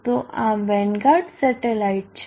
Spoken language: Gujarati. તો આ વેનગાર્ડ સેટેલાઇટ છે